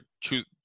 choose